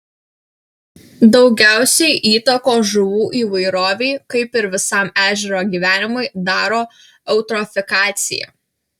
daugiausiai įtakos žuvų įvairovei kaip ir visam ežero gyvenimui daro eutrofikacija